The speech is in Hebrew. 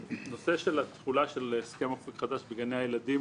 הנושא של התחולה של הסכם "אופק חדש" בגני ילדים